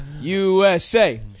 USA